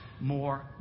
more